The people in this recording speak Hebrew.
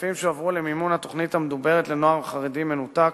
הכספים שהועברו למימון התוכנית המדוברת לנוער חרדי מנותק